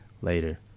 later